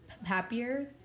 Happier